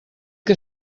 que